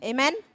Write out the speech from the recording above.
Amen